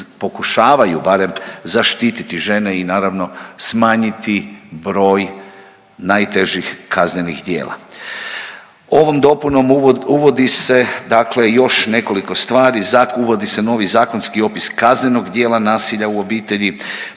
pokušavaju barem zaštiti žene i naravno smanjiti broj najtežih kaznenih djela. Ovom dopunom uvodi se dakle još nekoliko stvari. Uvodi se novi zakonski opis kaznenog djela nasilja u obitelji,